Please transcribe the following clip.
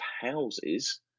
houses